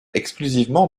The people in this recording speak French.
exclusivement